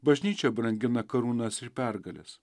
bažnyčia brangina karūnas ir pergales